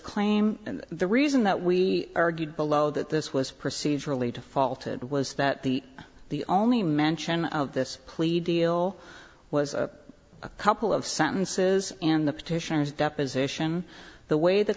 claim and the reason that we argued below that this was procedurally to faulted was that the the only mention of this plea deal was a couple of sentences and the petitioners deposition the way the